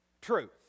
truth